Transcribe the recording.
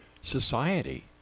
society